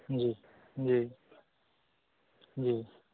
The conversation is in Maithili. जी जी जी